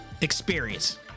experience